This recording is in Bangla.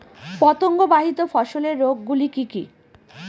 পতঙ্গবাহিত ফসলের রোগ গুলি কি কি?